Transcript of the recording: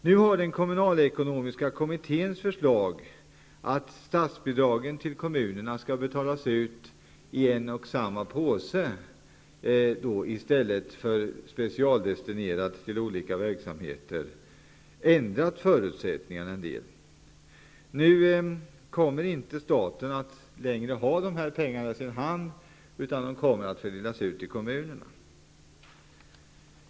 Nu har den kommunalekonomiska kommitténs förslag att statsbidragen till kommunerna skall betalas ut i en och samma påse i stället för att vara specialdestinerade till olika verksamheter, ändrat förutsättningarna något. Nu kommer inte staten att ha dessa pengar i sin hand, utan de kommer att delas ut till kommunerna.